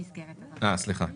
סעיפים 30,